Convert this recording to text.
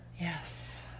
Yes